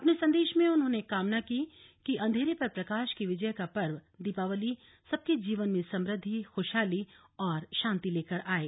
अपने संदेश में उन्होंने कामना की कि अंधेरे पर प्रकाश की विजय का पर्व दीपावली सबके जीवन में समृद्वि खुशहाली और शान्ति लेकर आये